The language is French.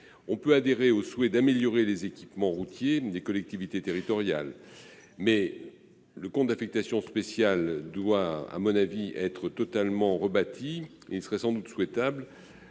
On peut adhérer au souhait d'améliorer les équipements routiers des collectivités territoriales, mais le présent compte d'affectation spéciale doit, à mon avis, être totalement rebâti. Il serait sans doute souhaitable,